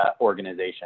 organization